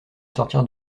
sortir